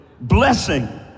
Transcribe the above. Blessing